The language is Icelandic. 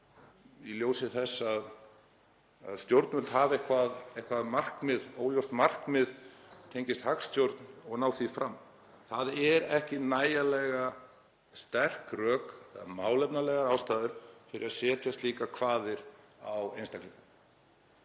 í ljósi þess að stjórnvöld hafi eitthvert óljóst markmið sem tengist hagstjórn og vilji ná því fram. Það eru ekki nægjanlega sterk rök eða málefnalegar ástæður fyrir því að setja slíkar kvaðir á einstaklinga,